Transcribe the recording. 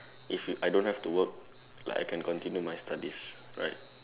if I don't have to work like I can continue my studies right